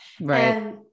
Right